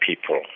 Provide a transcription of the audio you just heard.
people